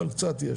אבל קצת יש,